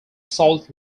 salt